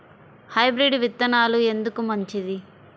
Hybrid విత్తనాలు ఎందుకు మంచిది?